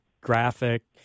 graphic